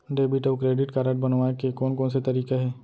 Debit अऊ credit card बनवाए के कोन कोन से तरीका हे?